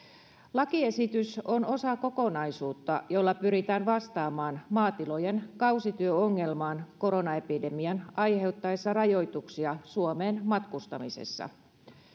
lakiesitys on osa kokonaisuutta jolla pyritään vastaamaan maatilojen kausityöongelmaan koronaepidemian aiheuttaessa rajoituksia suomeen matkustamisessa